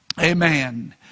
Amen